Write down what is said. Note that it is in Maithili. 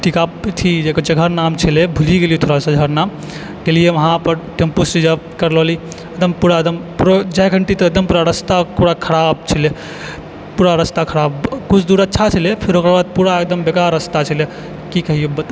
कथी नाम छलै भूलि गेलि थोड़ा सा झड़ना गेलियै वहाँपर टेम्पू रिजर्व करलो ली एकदम पूरा एकदम पूरा रास्ता एकदम खराब छलै पूरा रास्ता खराब एकदम कुछ दूर अच्छा छलै फिरो ओकरा बाद बेकार पूरा रास्ता छलै की कहियै